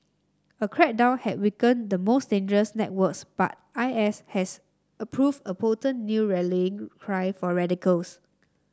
a crackdown had weakened the most dangerous networks but I S has approved a potent new rallying cry for radicals